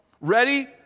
ready